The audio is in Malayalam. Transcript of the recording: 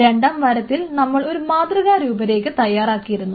രണ്ടാം വാരത്തിൽ നമ്മൾ ഒരു മാതൃകാ രൂപരേഖ തയ്യാറാക്കിയിരുന്നു